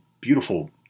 beautiful